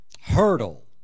hurdle